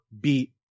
beat